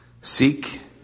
Seek